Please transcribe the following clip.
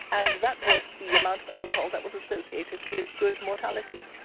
and that was the amount of alcohol that was associated with good mortality.